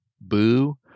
boo